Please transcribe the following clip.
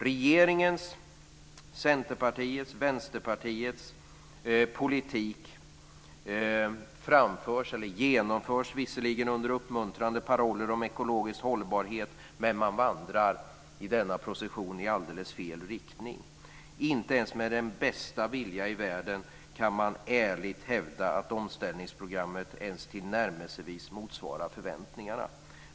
Regeringens, Centerpartiets och Vänsterpartiets politik genomförs visserligen under uppmuntrande paroller om ekologisk hållbarhet. Men man vandrar i denna procession i alldeles fel riktning. Inte ens med bästa vilja i världen kan man ärligt hävda att omställningsprogrammet ens tillnärmelsevis motsvarar förväntningarna.